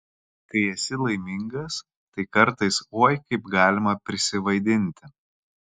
kai esi laimingas tai kartais oi kaip galima prisivaidinti